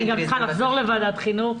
אני גם צריכה לחזור לוועדת החינוך.